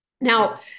Now